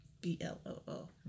B-L-O-O